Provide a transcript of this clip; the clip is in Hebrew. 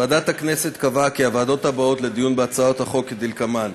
ועדת הכנסת קבעה את הוועדות האלה לדיון בהצעות החוק כדלקמן: